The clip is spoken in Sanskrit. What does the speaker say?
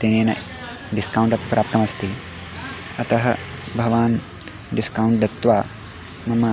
तेन डिस्कौण्ट् अपि प्राप्तमस्ति अतः भवान् डिस्कौण्ड् दत्वा मम